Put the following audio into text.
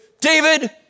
David